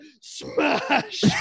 smash